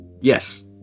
Yes